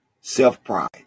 self-pride